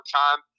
time